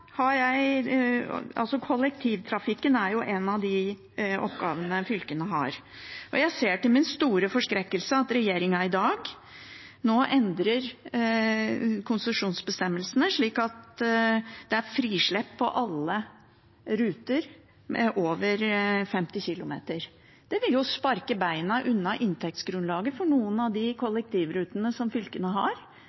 har. Jeg ser til min store forskrekkelse at regjeringen nå endrer konsesjonsbestemmelsene, slik at det er frislipp for alle ruter på over 50 km. Det vil sparke bein under inntektsgrunnlaget for noen av de